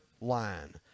line